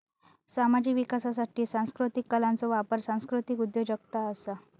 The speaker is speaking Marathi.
सामाजिक विकासासाठी सांस्कृतीक कलांचो वापर सांस्कृतीक उद्योजगता असा